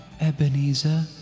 Ebenezer